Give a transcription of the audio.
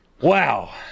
Wow